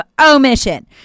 omission